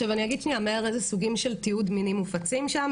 אני אגיד מהר איזה סוגים של תיעוד מיני מופצים שם.